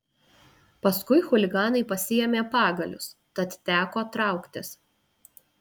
paskui chuliganai pasiėmė pagalius tad teko trauktis